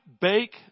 bake